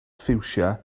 ffiwsia